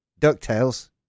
DuckTales